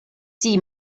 sie